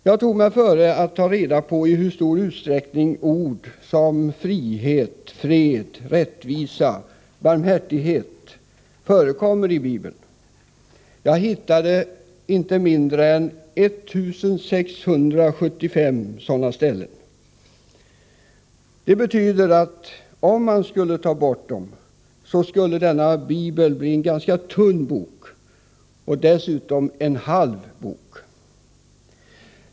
Jag tog mig före att ta reda på i hur stor utsträckning ord som fred, frihet, rättvisa och barmhärtighet förekommer i Bibeln. Jag hittade inte mindre än 1 675 sådana ställen. Det betyder att om man skulle ta bort dem, skulle Bibeln bli en ganska tunn bok, och dessutom en halv bok.